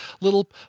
little